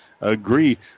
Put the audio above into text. agree